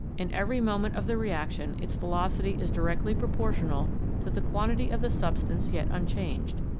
in every moment of the reaction its velocity is directly proportional to the quantity of the substance yet unchanged,